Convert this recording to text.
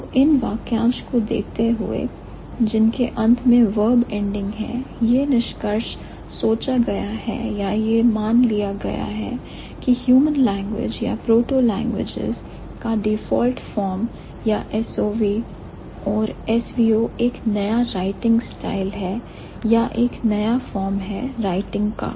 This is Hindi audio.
तो इन phrases या वाक्यांश को देखते हुए जिनके अंत में verb ending है यह ड्यूस यह निष्कर्ष सोचा गया है या यह मान लिया गया है की ह्यूमन लैंग्वेज या proto languages का डिफॉल्ट फॉर्म था SOV और SVO एक नया राइटिंग स्टाइल है या एक नया फॉर्म है राइटिंग का